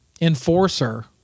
Enforcer